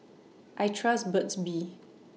I Trust Burt's Bee